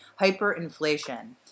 hyperinflation